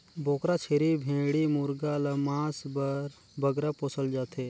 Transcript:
बोकरा, छेरी, भेंड़ी मुरगा ल मांस बर बगरा पोसल जाथे